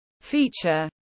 Feature